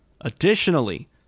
Additionally